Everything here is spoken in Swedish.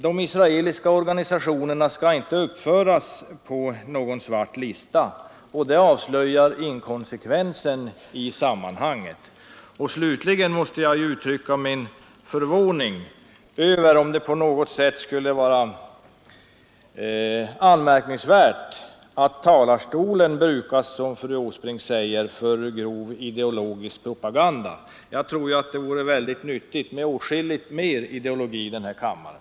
De israeliska organisationerna skall tydligen inte uppföras på någon svart lista. Det avslöjar inkonsekvensen i handlandet. Slutligen måste jag uttrycka min förvåning över om det på något sätt skulle vara anmärkningsvärt att talarstolen brukas till — som fru Åsbrink säger — grov ideologisk propaganda. Jag tror att det vore väldigt nyttigt med åtskilligt mer ideologi här i kammaren.